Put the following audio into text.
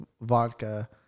vodka